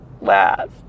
last